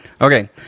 Okay